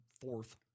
fourth